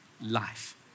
life